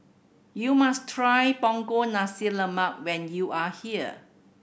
you must try Punggol Nasi Lemak when you are here